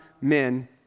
men